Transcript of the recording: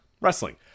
wrestling